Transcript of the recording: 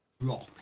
Rock